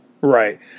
right